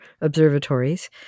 observatories